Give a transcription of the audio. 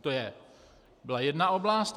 To byla jedna oblast.